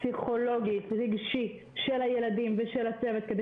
הפסיכולוגי רגשי של הילדים ושל הצוות כדי